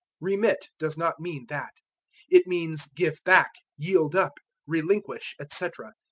remit does not mean that it means give back, yield up, relinquish, etc.